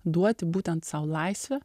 duoti būtent sau laisvę